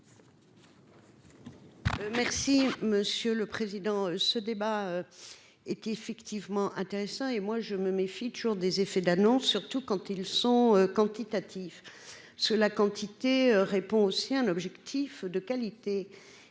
Merci monsieur le président, ce débat est effectivement intéressant et moi je me méfie toujours des effets d'annonce, surtout quand ils sont quantitatif ce la quantité répond aussi un objectif de qualité